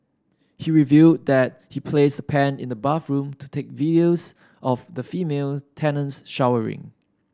he revealed that he placed the pen in the bathroom to take videos of the female tenants showering